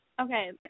Okay